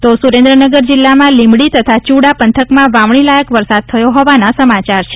તો સુરેન્દ્રનગર જિલ્લામાં લીંબડી તથા ચૂડા પંથકમાં વાવણી લાયક વરસાદ થયો હોવાના સમાચાર છે